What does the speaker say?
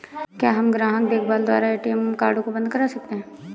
क्या हम ग्राहक देखभाल द्वारा ए.टी.एम कार्ड को बंद करा सकते हैं?